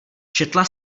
četla